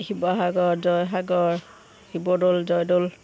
Sivasagar Joysagar Shivadol Joydol